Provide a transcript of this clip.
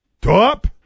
Top